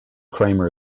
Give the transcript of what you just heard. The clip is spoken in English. kramer